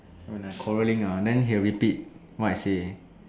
when I quarreling ah then he will repeat what I say